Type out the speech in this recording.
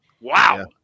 wow